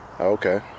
Okay